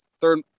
third